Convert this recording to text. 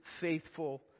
faithful